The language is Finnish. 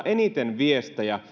eniten viestejä